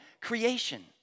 creation